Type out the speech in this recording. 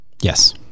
Yes